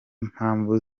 mpamvu